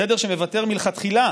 סדר שמוותר מלכתחילה